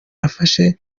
nafashe